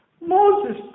Moses